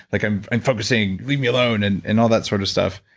like i'm and focusing leave me alone, and and all that sort of stuff.